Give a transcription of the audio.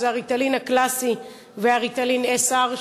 ה"ריטלין" הקלאסי וה"ריטלין SR",